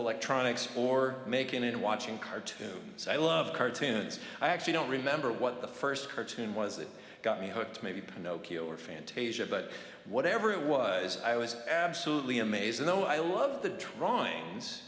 electronics or making and watching cartoons i love cartoons i actually don't remember what the first cartoon was that got me hooked maybe pinocchio or fantasia but whatever it was i was absolutely amazing no i love the drawings